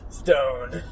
stone